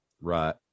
Right